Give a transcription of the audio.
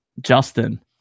Justin